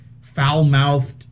foul-mouthed